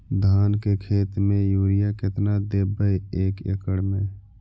धान के खेत में युरिया केतना देबै एक एकड़ में?